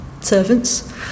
servants